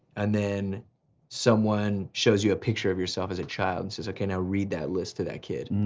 and then someone shows you a picture of yourself as a child and says okay, now read that list to that kid.